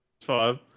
Five